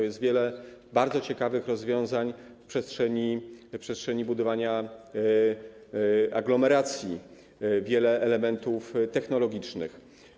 Jest wiele bardzo ciekawych rozwiązań w przestrzeni budowania aglomeracji, wiele elementów technologicznych.